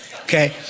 Okay